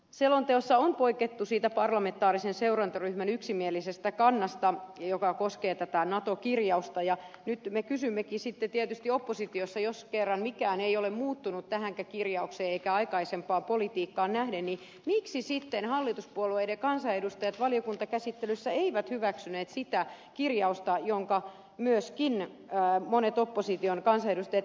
selonteossa on poikettu siitä parlamentaarisen seurantaryhmän yksimielisestä kannasta joka koskee tätä nato kirjausta ja nyt me kysymmekin sitten tietysti oppositiossa jos kerran mikään ei ole muuttunut tähänkään kirjaukseen eikä aikaisempaan politiikkaan nähden miksi sitten hallituspuolueiden kansanedustajat valiokuntakäsittelyssä eivät hyväksyneet sitä kirjausta jonka myöskin monet opposition kansanedustajat esittivät